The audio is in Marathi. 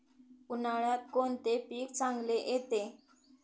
उन्हाळ्यात कोणते पीक चांगले येते?